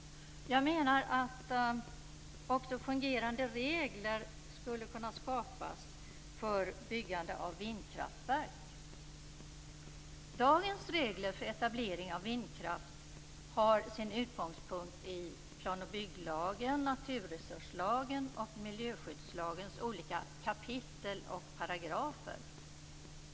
Jag menar att också fungerande regler skulle kunna skapas för byggande av vindkraftverk. Dagens regler för etablering av vindkraft har sin utgångspunkt i plan och bygglagens, naturresurslagens och miljöskyddslagens olika kapitel och paragrafer.